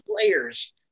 players